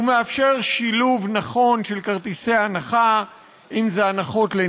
ומאפשר שילוב נכון של כרטיסי הנחה לנכים,